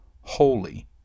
holy